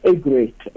great